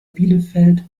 bielefeld